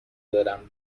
دارم